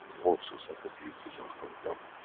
all sorts of abuses are coming up.